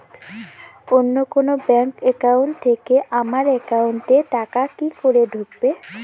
অন্য কোনো bank account থেকে আমার একাউন্ট এ টাকা কি করে ঢুকবে?